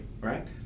right